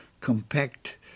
compact